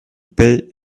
pay